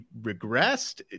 regressed